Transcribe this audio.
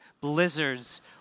blizzards